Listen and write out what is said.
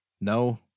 no